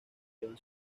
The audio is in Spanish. llevan